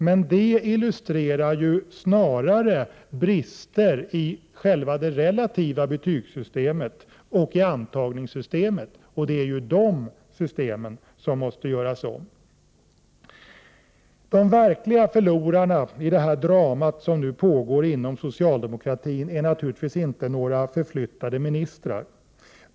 Men det illustrerar snarare brister i själva det relativa betygssystemet och antagningssystemet; det är ju dessa system som måste göras om. De verkliga förlorarna i det drama som nu pågår inom socialdemokratin är naturligtvis inte några förflyttade ministrar.